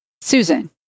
Susan